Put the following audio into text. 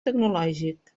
tecnològic